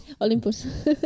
Olympus